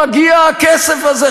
מאיפה מגיע הכסף הזה,